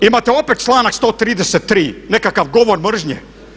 Imate opet članak 133 nekakav govor mržnje.